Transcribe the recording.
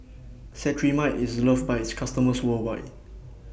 Cetrimide IS loved By its customers worldwide